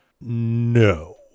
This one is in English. no